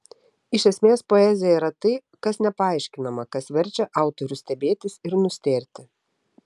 iš esmės poezija yra tai kas nepaaiškinama kas verčia autorių stebėtis ir nustėrti